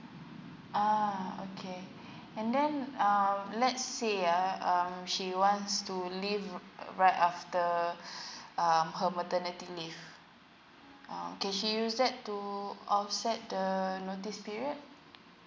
uh okay and then um let's say ah um she wants to leave right after um her maternity leave orh can she use that to offset the notice period